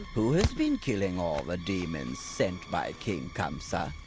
who has been killing all the demons sent by king kamsa?